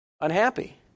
Unhappy